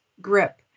grip